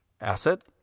Asset